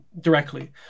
directly